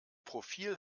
profil